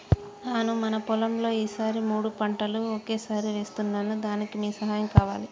నాను మన పొలంలో ఈ సారి మూడు పంటలు ఒకేసారి వేస్తున్నాను దానికి మీ సహాయం కావాలి